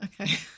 Okay